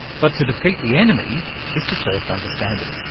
but to defeat the enemy is to first understand it,